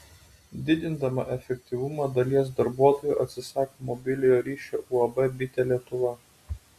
didindama efektyvumą dalies darbuotojų atsisako mobiliojo ryšio uab bitė lietuva